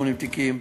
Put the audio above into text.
80 תיקים,